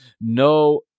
no